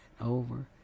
over